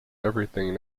everything